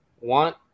want